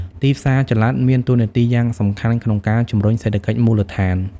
ទីផ្សារចល័តមានតួនាទីយ៉ាងសំខាន់ក្នុងការជំរុញសេដ្ឋកិច្ចមូលដ្ឋាន។